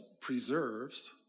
preserves